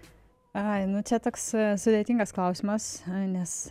ai nu čia toks sudėtingas klausimas nes